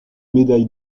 médaille